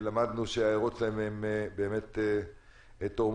למדנו שההערות שלהם באמת תורמות.